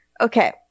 Okay